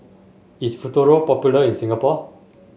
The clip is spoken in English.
is Futuro popular in Singapore